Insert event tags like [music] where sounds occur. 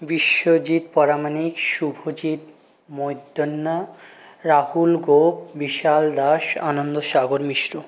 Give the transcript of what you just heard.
Biswajit Paramanik Subhajit [unintelligible] Rahul Gop Bishal Das Anand Sagar Mishra